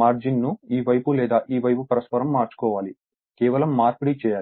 మార్జిన్లు ఈ వైపు లేదా ఈ వైపు పరస్పరం మార్చుకోవాలి కేవలం మార్పిడి చేయాలి